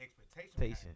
expectation